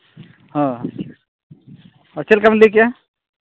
ᱦᱮᱸ ᱪᱮᱫ ᱞᱮᱠᱟ ᱵᱤᱱ ᱞᱟᱹᱭ ᱠᱮᱫᱼᱟ